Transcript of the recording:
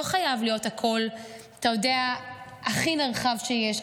לא חייב להיות הכול הכי נרחב שיש,